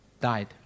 died